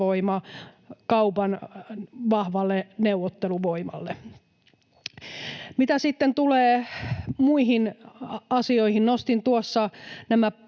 kaupan vahvalle neuvotteluvoimalle. Mitä sitten tulee muihin asioihin, niin nostin tuossa nämä